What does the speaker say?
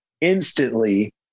instantly